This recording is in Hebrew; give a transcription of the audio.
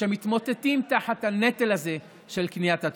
שמתמוטטים תחת הנטל הזה של קניית התרופות.